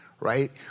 Right